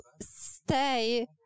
stay